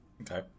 Okay